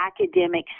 academic